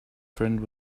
friend